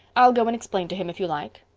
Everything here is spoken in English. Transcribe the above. i'll go and explain to him if you like.